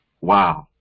Wow